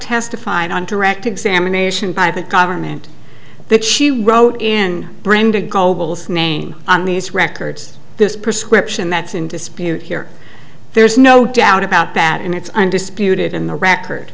testified on direct examination by a government that she wrote in brenda global's name on these records this prescription that's in dispute here there's no doubt about that and it's undisputed in the record